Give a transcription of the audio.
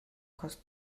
kas